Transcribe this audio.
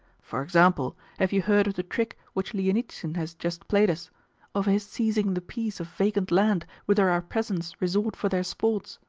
for example, have you heard of the trick which lienitsin has just played us of his seizing the piece of vacant land whither our peasants resort for their sports?